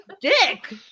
dick